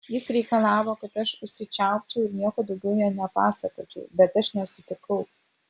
jis reikalavo kad aš užsičiaupčiau ir nieko daugiau jam nepasakočiau bet aš nesutikau